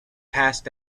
passed